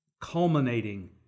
culminating